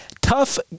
Tough